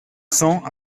cent